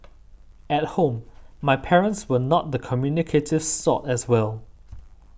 at home my parents were not the communicative sort as well